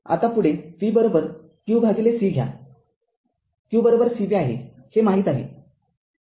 आतापुढे v q भागिले c घ्या q c v आहे हे माहित आहे